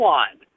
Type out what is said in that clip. one